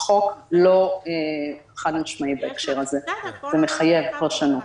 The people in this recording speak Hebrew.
החוק לא חד-משמעי בהקשר הזה, זה מחייב פרשנות.